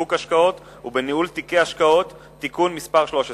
בשיווק השקעות ובניהול תיקי השקעות (תיקון מס' 13),